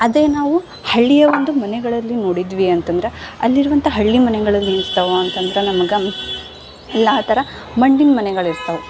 ಅದೇ ನಾವು ಹಳ್ಳಿಯ ಒಂದು ಮನೆಗಳಲ್ಲಿ ನೋಡಿದ್ವಿ ಅಂತಂದ್ರೆ ಅಲ್ಲಿರುವಂಥ ಹಳ್ಳಿ ಮನೆಗಳಲ್ಲಿ ಇರ್ತಾವ ಅಂತಂದ್ರೆ ನಮ್ಗೆ ಎಲ್ಲಾ ಆ ಥರ ಮಣ್ಣಿನ ಮನೆಗಳು ಇರ್ತವು